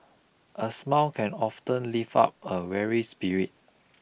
a smile can often lift up a weary spirit